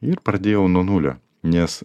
ir pradėjau nuo nulio nes